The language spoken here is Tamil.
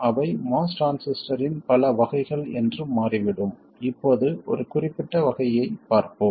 அவை MOS டிரான்சிஸ்டரின் பல வகைகள் என்று மாறிவிடும் இப்போது ஒரு குறிப்பிட்ட வகையைப் பார்ப்போம்